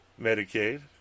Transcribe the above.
Medicaid